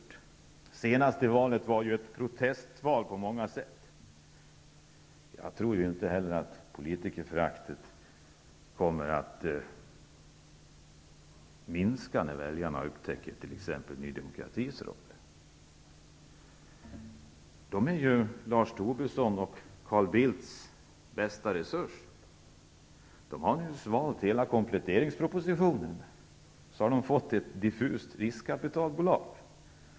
Det senaste valet var på många sätt ett protestval. Jag tror att politikerföraktet inte heller kommer att minska när väljarna upptäcker Ny demokratis roll. Nydemokraterna är ju Lars Tobissons och Carl Bildts bästa resurs. De har nu svalt hela kompletteringspropositionen, och så har de fått ett diffust riskkapitalbolag.